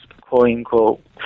quote-unquote